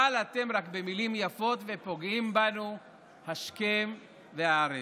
אבל אתם רק במילים יפות, ופוגעים בנו השכם והערב.